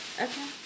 Okay